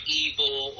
evil